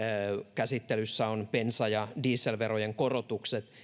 käsittelyssä ovat bensa ja dieselverojen korotukset